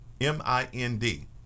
M-I-N-D